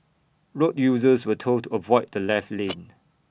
road users were told avoid the left lane